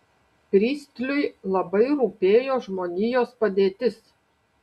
pristliui labai rūpėjo žmonijos padėtis